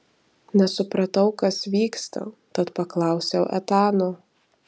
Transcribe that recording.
nesupratau kas vyksta tad paklausiau etano